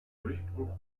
durchbruch